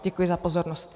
Děkuji za pozornost.